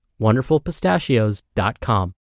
wonderfulpistachios.com